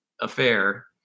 affair